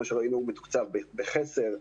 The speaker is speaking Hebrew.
שכפי שראינו מתוקצב בחסר.